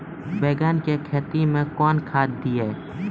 बैंगन की खेती मैं कौन खाद दिए?